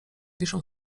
wiszą